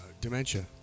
Dementia